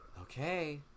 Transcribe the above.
Okay